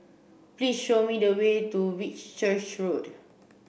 please show me the way to Whitchurch Road